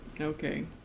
Okay